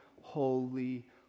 holy